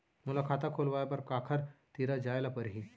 मोला खाता खोलवाय बर काखर तिरा जाय ल परही?